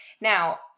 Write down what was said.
Now